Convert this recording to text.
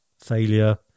failure